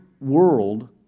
world